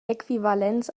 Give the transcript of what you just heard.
äquivalenz